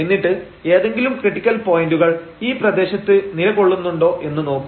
എന്നിട്ട് ഏതെങ്കിലും ക്രിട്ടിക്കൽ പോയന്റുകൾ ഈ പ്രദേശത്ത് നിലകൊള്ളുന്നുണ്ടോ എന്ന് നോക്കും